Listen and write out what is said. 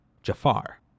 Jafar